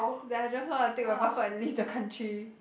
that I just want to take my passport and leave the country